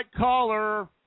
Caller